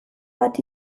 bat